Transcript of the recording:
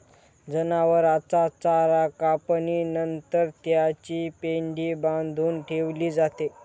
जनावरांचा चारा कापणी नंतर त्याची पेंढी बांधून ठेवली जाते